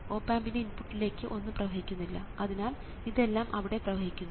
op ആമ്പിൻറെ ഇൻപുട്ടിലേക്ക് ഒന്നും പ്രവഹിക്കുന്നന്നില്ല അതിനാൽ ഇതെല്ലാം അവിടെ പ്രവഹിക്കുന്നു